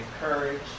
courage